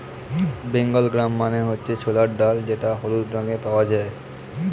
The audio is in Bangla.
বেঙ্গল গ্রাম মানে হচ্ছে ছোলার ডাল যেটা হলুদ রঙে পাওয়া যায়